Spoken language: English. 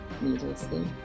needlessly